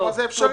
כלומר זה אפשרי.